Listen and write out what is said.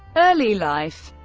early life